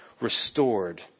restored